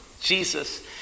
Jesus